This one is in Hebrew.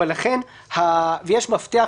יש מפתח,